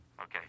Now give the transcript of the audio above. Okay